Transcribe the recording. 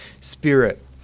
spirit